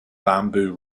bamboo